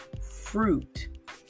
fruit